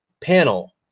panel